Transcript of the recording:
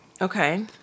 Okay